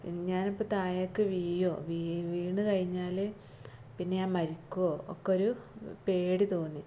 ഞാൻ ഇപ്പം താഴേക്ക് വീഴുമോ വീണ് വീണു കഴിഞ്ഞാൽ പിന്നെ ഞാന് മരിക്കുമോ ഒക്കെ ഒരു പേടി തോന്നി